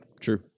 true